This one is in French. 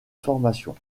formation